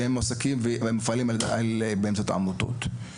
שפועלים ומועסקים באמצעות עמותות.